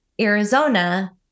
Arizona